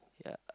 yeah